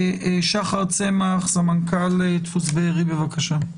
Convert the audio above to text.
שחר צמח, סמנכ"ל דפוס בארי, בבקשה.